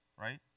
right